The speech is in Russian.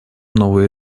новые